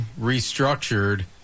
restructured